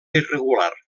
irregular